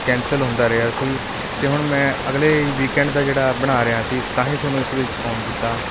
cancel ਹੁੰਦਾ ਰਿਹਾ ਸੀ ਅਤੇ ਹੁਣ ਮੈਂ ਅਗਲੇ ਵੀਕਐਂਡ ਦਾ ਜਿਹੜਾ ਬਣਾ ਰਿਹਾ ਸੀ ਤਾਂ ਹੀ ਤੁਹਾਨੂੰ ਇਸ ਵਿੱਚ ਫੋਨ ਕੀਤਾ